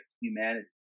humanity